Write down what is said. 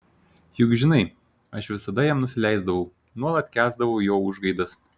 juk žinai aš visada jam nusileisdavau nuolat kęsdavau jo užgaidas